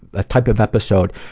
a type of episode,